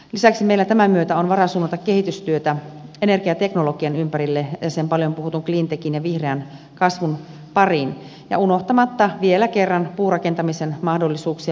lisäksi meillä tämän myötä on varaa suunnata kehitystyötä energiateknologian ympärille ja sen paljon puhutun cleantechin ja vihreän kasvun pariin unohtamatta vielä kerran puurakentamisen mahdollisuuksia